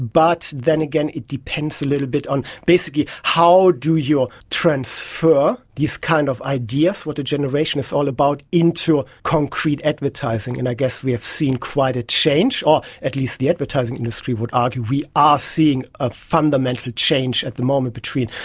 but then again it depends a little bit on basically how do you transfer these kind of ideas, what a generation is all about, into concrete advertising. and i guess we've seen quite a change or at least the advertising industry would argue we are seeing a fundamental change at the moment between,